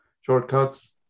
shortcuts